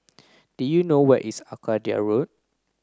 do you know where is Arcadia Road